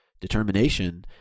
determination